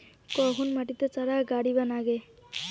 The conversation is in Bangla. কখন মাটিত চারা গাড়িবা নাগে?